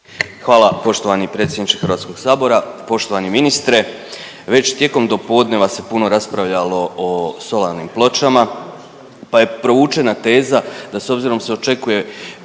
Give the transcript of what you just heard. Hvala poštovani predsjedniče HS. Poštovani ministre, već tijekom do podneva se puno raspravljalo o solarnim pločama, pa je provučena teza da s obzirom se očekuje